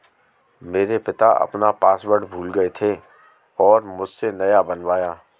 मेरे पिता अपना पासवर्ड भूल गए थे और मुझसे नया बनवाया